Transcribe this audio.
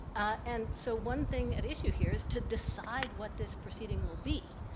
and so, one thing at issue here is to decide what this proceeding will be.